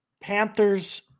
Panthers